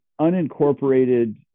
unincorporated